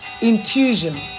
intuition